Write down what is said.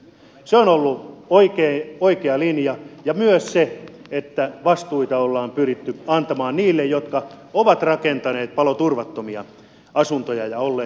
se on ollut oikea linja ja myös se että vastuita on pyritty antamaan niille jotka ovat rakentaneet paloturvattomia asuntoja ja olleet niitä rahoittamassa